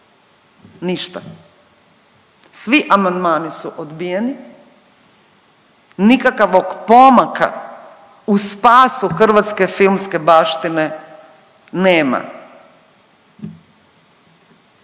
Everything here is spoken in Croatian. ništa. Svi amandmani su odbijeni, nikakvog pomaka u spasu hrvatske filmske baštine nema.